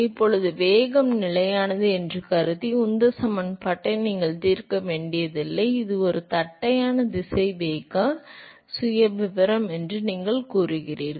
இப்போது வேகம் நிலையானது என்று கருதி உந்தச் சமன்பாட்டை நீங்கள் தீர்க்க வேண்டியதில்லை இது ஒரு தட்டையான திசைவேக சுயவிவரம் என்று நீங்கள் கூறுகிறீர்கள்